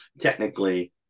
technically